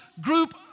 group